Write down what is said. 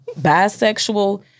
bisexual